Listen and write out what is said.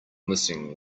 missing